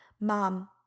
Mom